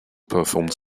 performed